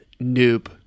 noob